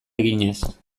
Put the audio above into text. eginez